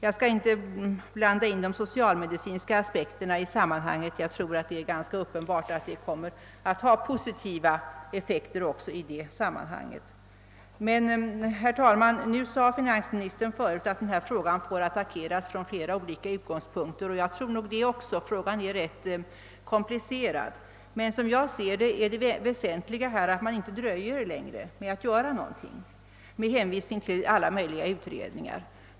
Jag skall inte blanda in de socialmedicinska aspekterna; jag tror: det är uppenbart att effekten är positiv även därvidlag. " Finansministern sade ' att frågan får attackeras från flera olika utgångspunkter. Jag tror det är riktigt — frågan är rätt komplicerad. Jag ser det emeller tid som väsentligt att man inte dröjer längre med att göra någonting och inte bara hänvisar till alla möjliga utredningar.